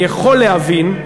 אני יכול להבין,